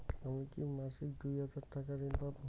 আমি কি মাসিক দুই হাজার টাকার ঋণ পাব?